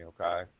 okay